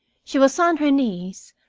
she was on her knees,